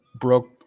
broke